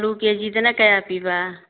ꯑꯥꯜꯂꯨ ꯀꯦ ꯖꯤꯗꯅ ꯀꯌꯥ ꯄꯤꯕ